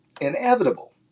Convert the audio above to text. inevitable